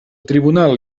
tribunal